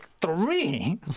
three